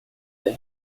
the